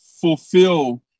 fulfill